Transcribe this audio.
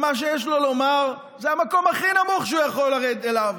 מה שיש לו לומר זה המקום הכי נמוך שהוא יכול לרדת אליו,